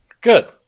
Good